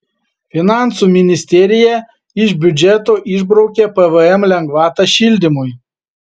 finansų ministerija iš biudžeto išbraukė pvm lengvatą šildymui